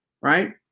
Right